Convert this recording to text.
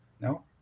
no